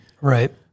right